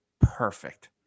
perfect